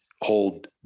hold